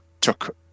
took